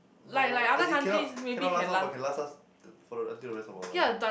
no as in cannot cannot last long but can last us till for until the rest of our life